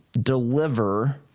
deliver